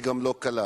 הם עובדים מדי קשה,